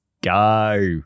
go